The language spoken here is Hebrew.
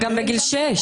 גם בגיל שש.